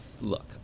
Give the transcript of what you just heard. look